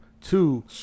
two